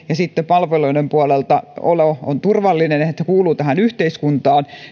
ja palveluiden puolelta ihmisen olo on turvallinen siten että tuntee kuuluvansa tähän yhteiskuntaan